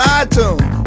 iTunes